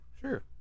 Sure